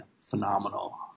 phenomenal